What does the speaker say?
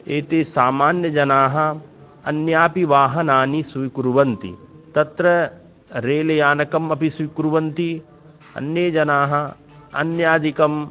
एते सामान्यजनाः अन्यापि वाहनानि स्वीकुर्वन्ति तत्र रेल यानकम् अपि स्वीकुर्वन्ति अन्ये जनाः अन्यादिकं